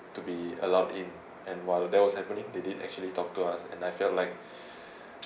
to be allowed in and while that was happening they did actually talk to us and I felt like